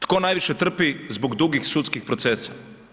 Tko najviše trpi zbog dugih sudskih procesa?